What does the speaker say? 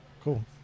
Cool